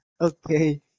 Okay